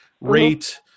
rate